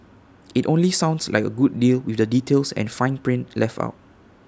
IT only sounds like A good deal with the details and fine print left out